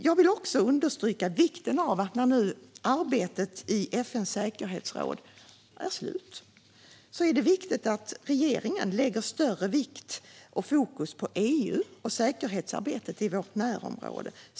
Jag vill också understryka hur viktigt det är att regeringen, nu när arbetet i FN:s säkerhetsråd är slut, lägger större vikt och fokus på EU och säkerhetsarbetet i vårt närområde.